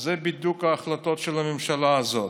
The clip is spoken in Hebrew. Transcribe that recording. אלה בדיוק ההחלטות של הממשלה הזאת.